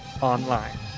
online